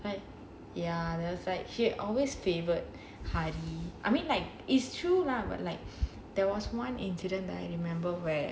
but ya there's like she always favoured hardly I mean like it's true lah but like there was one incident that I remember where